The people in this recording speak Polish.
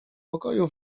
pokoju